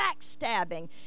backstabbing